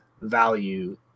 value